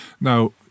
Now